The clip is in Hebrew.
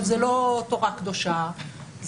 זה לא תורה קדושה,